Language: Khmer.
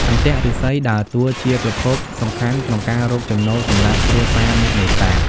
អន្ទាក់ឫស្សីដើរតួជាប្រភពសំខាន់ក្នុងការរកចំណូលសម្រាប់គ្រួសារអ្នកនេសាទ។